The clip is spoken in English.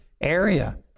area